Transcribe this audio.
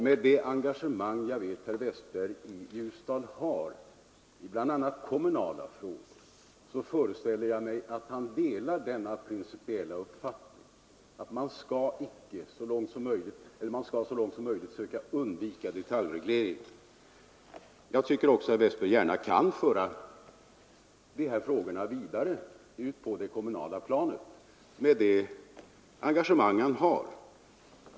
Med det engagemang som jag vet att herr Westberg i Ljusdal har i bl.a. kommunala frågor föreställer jag mig att han delar denna principiella uppfattning, att man så långt möjligt skall försöka undvika detaljregleringar. Jag tycker också att herr Westberg gärna kan föra de här frågorna vidare ut på det kommunala planet, med det engagemang han har.